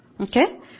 Okay